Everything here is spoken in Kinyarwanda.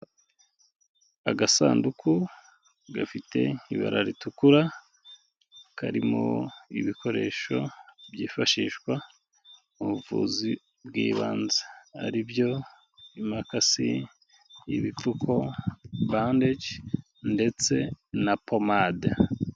Agasanduku gafite ibara ritukura, karimo ibikoresho byifashishwa mu buvuzi bw'ibanze, aribyo imakasi, ibipfuko, bande ndetse na pomade.